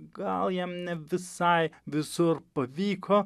gal jiem ne visai visur pavyko